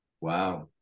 Wow